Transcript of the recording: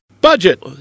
Budget